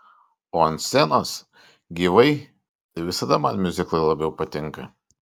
o ant scenos gyvai tai visada man miuziklai labiau patinka